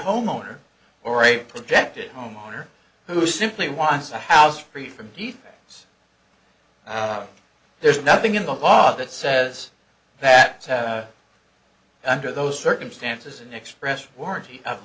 homeowner or a protected homeowner who simply wants a house free from defects there's nothing in the law that says that under those circumstances an expressed warranty of